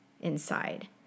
inside